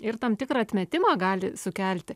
ir tam tikrą atmetimą gali sukelti